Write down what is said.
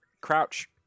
crouch